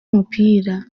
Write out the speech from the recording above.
umupira